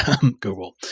Google